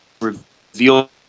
reveal